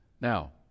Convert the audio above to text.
Now